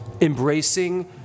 embracing